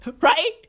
Right